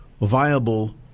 viable